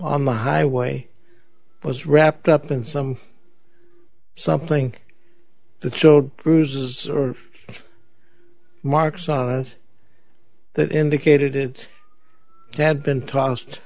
on the highway was wrapped up in some some think the job bruises or marks on it that indicated it had been tossed